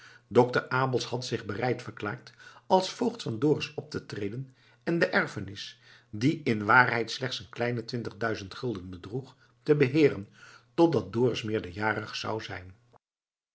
dokter abels had zich bereid verklaard als voogd van dorus op te treden en de erfenis die in waarheid slechts een kleine twintig duizend gulden bedroeg te beheeren totdat dorus meerderjarig zou zijn